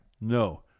No